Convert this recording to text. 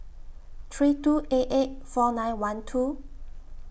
three two eight eight four nine one two